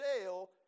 jail